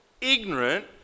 ignorant